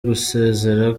gusezera